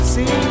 See